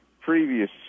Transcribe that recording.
previous